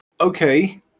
Okay